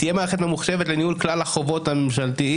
תהיה מערכת ממוחשבת לניהול כלל החובות הממשלתיים